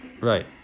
Right